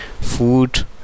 food